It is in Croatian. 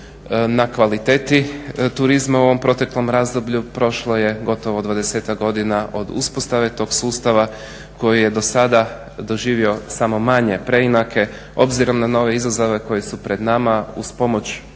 na kvaliteti turizma u ovom proteklom razdoblju. Prošlo je gotovo dvadesetak godina od uspostave tog sustava koji je do sada doživio samo manje preinake obzirom na nove izazove koji su pred nama uz pomoć čitavog